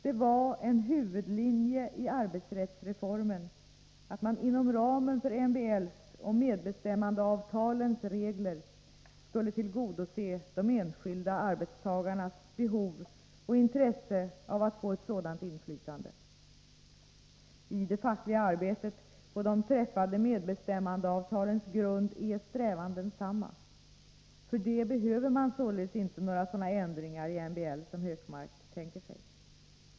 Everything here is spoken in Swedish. Det var en huvudlinje i arbetsrättsreformen att man inom ramen för MBL:s och medbestämmandeavtalens regler skulle tillgodose de enskilda arbetstagarnas behov och intresse av att få ett sådant inflytande. I det fackliga arbetet på de träffade medbestämmandeavtalens grund är strävan densamma. För det behöver man således inte några sådana ändringar i MBL som Hökmark tänker sig.